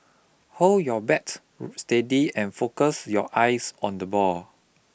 hold your bat steady and focus your eyes on the ball